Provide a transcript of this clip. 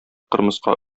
кырмыска